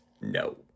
No